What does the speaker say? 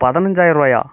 பதனஞ்சாயருபாயா